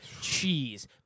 cheese